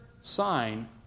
sign